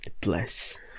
Bless